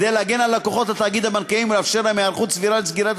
כדי להגן על לקוחות התאגיד הבנקאי ולאפשר להם היערכות סבירה לסגירת